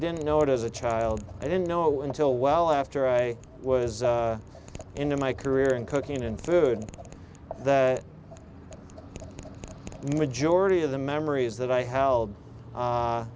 didn't know it as a child i didn't know until well after i was into my career in cooking in food that the majority of the memories that i held